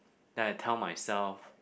then I tell myself